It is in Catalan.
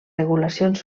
regulacions